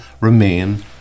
remain